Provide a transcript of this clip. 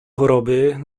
choroby